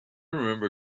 remember